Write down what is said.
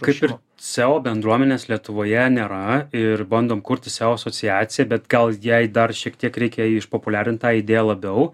kaip ir seo bendruomenės lietuvoje nėra ir bandom kurti seo asociaciją bet gal jai dar šiek tiek reikia išpopuliarint tą idėją labiau